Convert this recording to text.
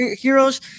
heroes